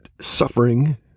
suffering